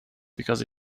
because